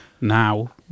Now